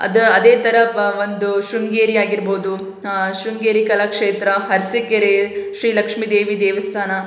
ಅದು ಅದೇ ಥರ ಪ ಒಂದು ಶೃಂಗೇರಿ ಆಗಿರ್ಬೋದು ಶೃಂಗೇರಿ ಕಲಾಕ್ಷೇತ್ರ ಅರ್ಸಿಕೆರೆ ಶ್ರೀಲಕ್ಷ್ಮೀದೇವಿ ದೇವಸ್ಥಾನ